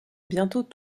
bientôt